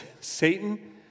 Satan